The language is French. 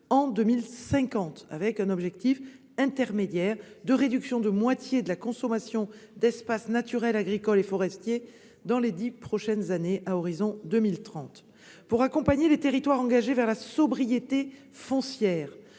en 2050, avec un objectif intermédiaire de réduction de moitié de la consommation d'espaces naturels, agricoles et forestiers dans les dix prochaines années, à l'horizon de 2030. Pour accompagner les territoires engagés vers la sobriété foncière,